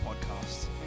podcast